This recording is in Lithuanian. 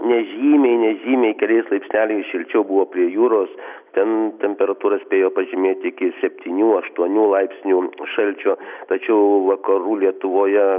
nežymiai nežymiai keliais laipsneliais šilčiau buvo prie jūros ten temperatūra spėjo pažemėti iki septynių aštuonių laipsnių šalčio tačiau vakarų lietuvoje